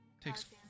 Takes